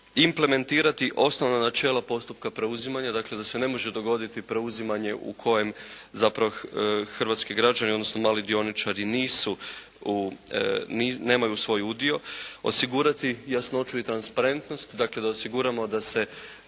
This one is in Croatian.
implementirani osnovna načela postupka preuzimanja. Dakle, da se ne može dogoditi preuzimanje u kojem zapravo hrvatski građani odnosno mali dioničari nisu u, nemaju svoj udio. Osigurati jasnoću i transparentnost. Dakle, da osiguramo da se